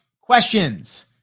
questions